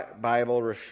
Bible